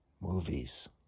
movies